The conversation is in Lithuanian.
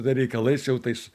reikalais jau tais